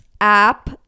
app